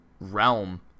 realm